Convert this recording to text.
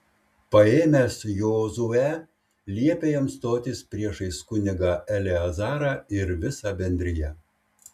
paėmęs jozuę liepė jam stotis priešais kunigą eleazarą ir visą bendriją